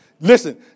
Listen